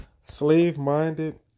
slave-minded